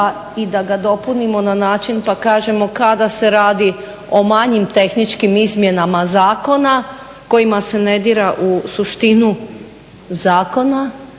i da ga dopunimo na način pa kažemo kada se radi o manjim tehničkim izmjenama zakona kojima se ne dira u suštinu zakona